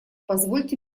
позвольте